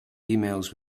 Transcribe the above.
emails